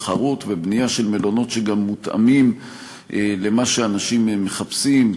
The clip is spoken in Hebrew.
תחרות ובנייה של מלונות שמותאמים למה שאנשים מחפשים,